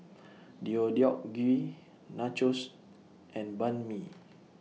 Deodeok Gui Nachos and Banh MI